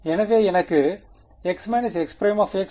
எனவே எனக்கு x xx y y yஉள்ளது